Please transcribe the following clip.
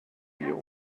hier